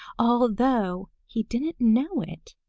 although he didn't know it,